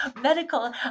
medical